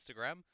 Instagram